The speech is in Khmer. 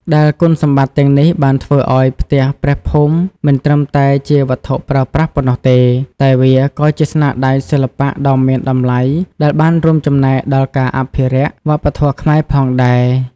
ដែលគុណសម្បត្តិទាំងនេះបានធ្វើឱ្យផ្ទះព្រះភូមិមិនត្រឹមតែជាវត្ថុប្រើប្រាស់ប៉ុណ្ណោះទេ តែវាក៏ជាស្នាដៃសិល្បៈដ៏មានតម្លៃដែលបានរួមចំណែកដល់ការអភិរក្សវប្បធម៌ខ្មែរផងដែរ។